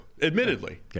Admittedly